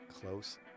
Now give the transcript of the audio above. close